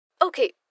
Okay